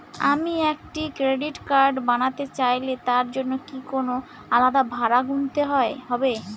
আমি একটি credit card বানাতে চাইলে তার জন্য কি কোনো আলাদা ভাড়া গুনতে হবে?